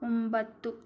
ಒಂಬತ್ತು